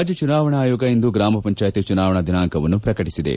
ರಾಜ್ಯ ಚುನಾವಣಾ ಅಯೋಗ ಇಂದು ಗ್ರಾಮ ಪಂಚಾಯಿತಿ ಚುನಾವಣಾ ದಿನಾಂಕವನ್ನು ಪ್ರಕಟಿಸಿದೆ